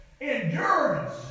Endurance